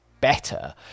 better